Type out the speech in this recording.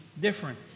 different